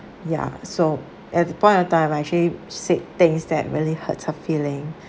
ya so at the point of time I actually said things that really hurts her feeling